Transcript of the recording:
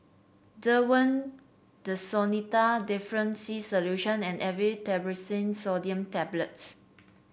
Desowen Desonide Difflam C Solution and Aleve Naproxen Sodium Tablets